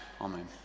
Amen